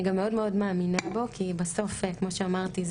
גם מאוד מאוד מאמינה בו כי בסוף כמו שאמרתי,